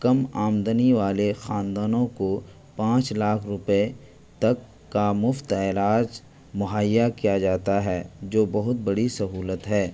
کم آمدنی والے خاندانوں کو پانچ لاکھ روپے تک کا مفت علاج مہیا کیا جاتا ہے جو بہت بڑی سہولت ہے